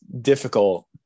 difficult